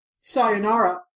sayonara